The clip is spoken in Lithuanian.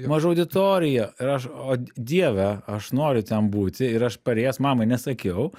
maža auditorija ir aš o dieve aš noriu ten būti ir aš parėjęs mamai nesakiau